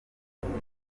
nk’uko